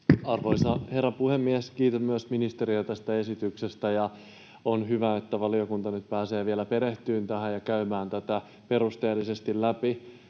Arvoisa herra puhemies! Kiitän myös ministeriä tästä esityksestä, ja on hyvä, että valiokunta nyt pääsee vielä perehtymään tähän ja käymään tätä perusteellisesti läpi.